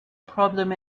problem